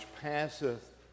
passeth